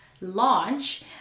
launch